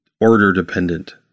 order-dependent